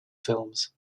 films